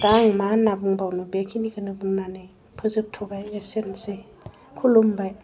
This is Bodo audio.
दा आं मा होन्ना बुंबावनो बे खिनिखौनो बुंनानै फोजोबथ'बाय एसेनोसै खुलुमबाय